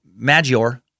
Magior